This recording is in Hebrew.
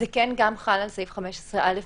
שזה כן גם חל על סעיף 15א במפורש.